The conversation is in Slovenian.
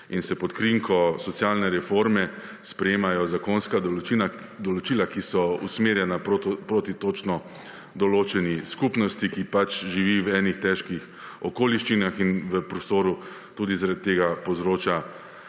in se pod krinko socialne reforme sprejemajo zakonska določila, ki so usmerjena proti točno določeni skupnosti, ki pač živi v enih težkih okoliščinah in v prostoru tudi zaradi tega povzroča